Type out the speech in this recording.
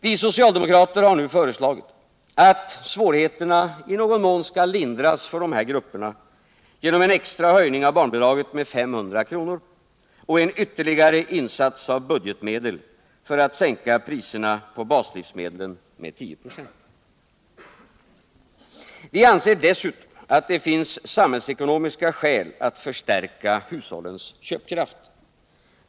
Vi socialdemokrater har nu föreslagit att svårigheterna i någon mån skall lindras för de här grupperna genom en extra höjning av barnbidraget med 500 kr. och en ytterligare insats av budgetmedel för att sänka priserna på baslivsmedlen med 10 96. Vi anser dessutom att det finns samhällsekonomiska skäl att förstärka hushållens köpkraft.